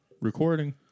recording